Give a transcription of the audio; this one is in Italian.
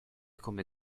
come